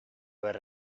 were